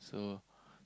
so